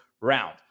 round